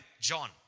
John